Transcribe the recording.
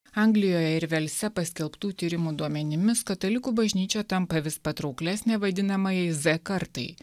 anglijoje ir velse paskelbtų tyrimų duomenimis katalikų bažnyčia tampa vis patrauklesnė vadinamajai z kartai